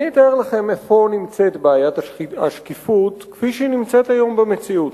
אני אתאר לכם איפה נמצאת בעיית השקיפות כפי שהיא נמצאת היום במציאות,